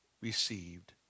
received